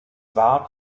war